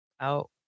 out